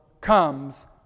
comes